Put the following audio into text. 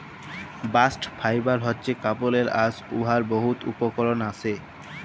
bast fibre হছে কাপড়ের আঁশ উয়ার বহুত উপকরল আসে